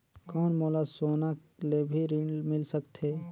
कौन मोला सोना ले भी ऋण मिल सकथे?